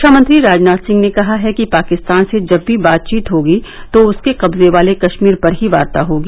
रक्षामंत्री राजनाथ सिंह ने कहा है कि पाकिस्तान से जब भी बातचीत होगी तो उसके कब्जे वाले कश्मीर पर ही वार्ता होगी